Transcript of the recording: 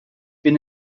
bin